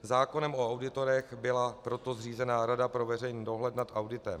Zákonem o auditorech byla proto zřízena Rada pro veřejný dohled nad auditem.